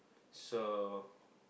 so